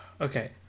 okay